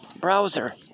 browser